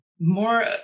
more